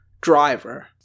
driver